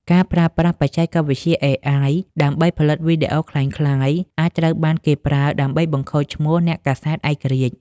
ការប្រើប្រាស់បច្ចេកវិទ្យា AI ដើម្បីផលិតវីដេអូក្លែងក្លាយ អាចត្រូវបានគេប្រើដើម្បីបង្ខូចឈ្មោះអ្នកកាសែតឯករាជ្យ។